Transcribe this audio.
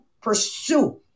pursue